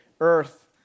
Earth